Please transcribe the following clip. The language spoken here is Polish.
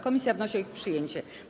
Komisja wnosi o ich przyjęcie.